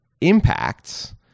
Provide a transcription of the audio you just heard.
impacts